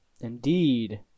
Indeed